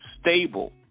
stable